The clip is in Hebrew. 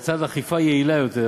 לצד אכיפה יעילה יותר,